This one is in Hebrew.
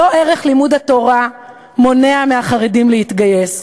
לא ערך לימוד התורה מונע מהחרדים להתגייס.